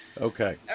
Okay